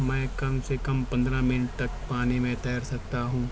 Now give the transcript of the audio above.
میں کم سے کم پندرہ منٹ تک پانی میں تیر سکتا ہوں